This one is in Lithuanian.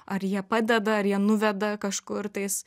ar jie padeda ar jie nuveda kažkur tais